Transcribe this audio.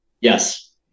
Yes